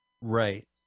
Right